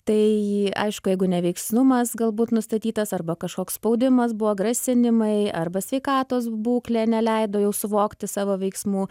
tai aišku jeigu neveiksnumas galbūt nustatytas arba kažkoks spaudimas buvo grasinimai arba sveikatos būklė neleido jau suvokti savo veiksmų